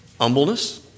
humbleness